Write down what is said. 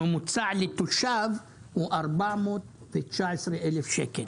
הממוצע לתושב הוא 420 אלף שקל.